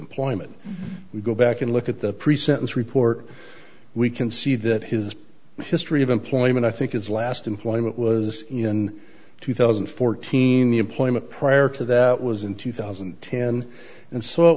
employment we go back and look at the pre sentence report we can see that his history of employment i think is last employment was in two thousand and fourteen the employment prior to that was in two thousand and ten and saw it